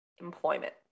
employment